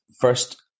first